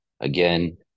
again